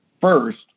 first